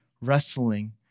wrestling